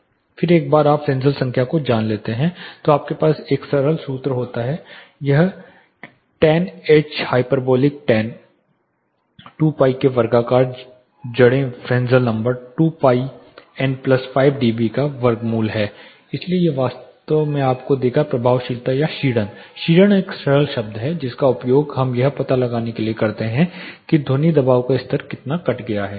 फिर एक बार जब आप फ्रेसेल नंबर को जान लेते हैं तो आपके पास यह सरल सूत्र होता है यह tan h hyperbolic tan 2 pi के वर्गाकार जड़ें Fresnel number 2 pi n plus 5 dB का वर्गमूल है इसलिए यह वास्तव में आपको देगा प्रभावशीलता या क्षीणन क्षीणन एक सरल शब्द है जिसका उपयोग हम यह पता लगाने के लिए करते हैं कि ध्वनि दबाव का स्तर कितना कट गया है